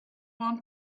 want